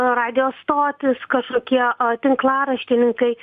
radijo stotys kažkokie tinklaraštininkai